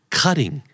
cutting